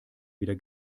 wieder